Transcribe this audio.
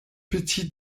petit